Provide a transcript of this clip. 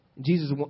Jesus